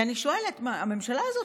אני שואלת: הממשלה הזאת,